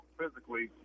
physically